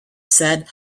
said